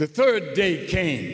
the third day came